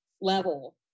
level